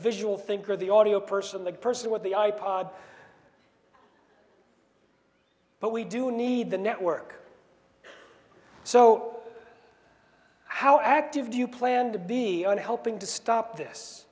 visual thinker the audio person the person with the i pod but we do need the network so how active do you plan to be in helping to stop this